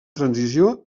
transició